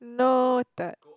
noted